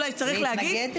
אולי צריך להגיד,